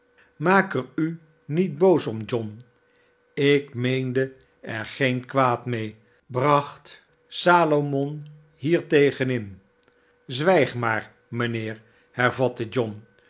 maak er u niet boos om john ik meende er geen kwaad mee bracht salomon hier tegen in zwijg maar mijnheer hervatte john